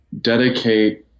dedicate